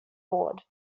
board